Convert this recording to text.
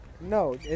no